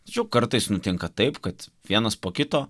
tačiau kartais nutinka taip kad vienas po kito